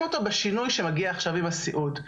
אותו בשינוי שמגיע עכשיו עם הסיעוד.